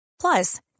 Plus